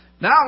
Now